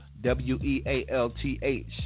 w-e-a-l-t-h